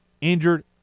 injured